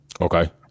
Okay